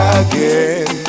again